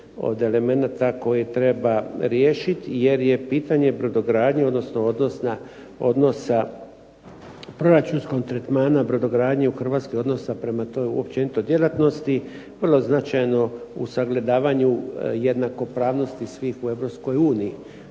elemenata koji treba riješit jer je pitanje brodogradnje odnosno odnosa proračunskog tretmana brodogradnje u Hrvatskoj i odnosa prema toj općenito djelatnosti vrlo značajno u sagledavanju jednakopravnosti svih u